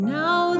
now